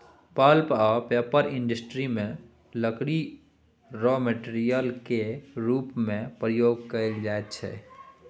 pulp आ paper industry मे लकड़ी राँ मेटेरियल केर रुप मे प्रयोग कएल जाइत छै